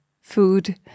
food